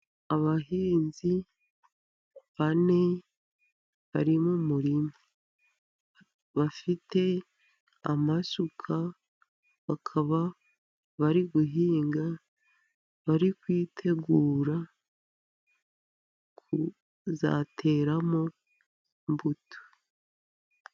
Abahinzi bane bari mu murima, bafite amasuka bakaba bari guhinga, bari kwitegura kuzateramo imbuto.